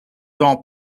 dans